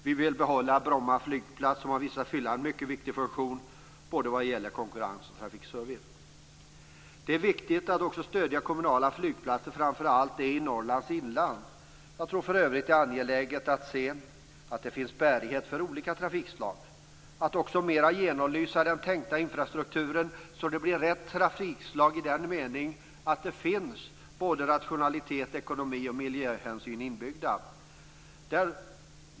Vi vill behålla Bromma flygplats, som har visat sig fylla en mycket viktig funktion vad gäller både konkurrens och trafikservice. Det är viktigt att också stödja kommunala flygplatser, framför allt i Norrlands inland. Jag tror för övrigt att det är angeläget att se att det finns bärighet för olika trafikslag, att också mera genomlysa den tänkta infrastrukturen så att det blir rätt trafikslag i den meningen att det finns såväl rationalitet som ekonomi och miljöhänsyn inbyggda.